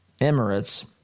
Emirates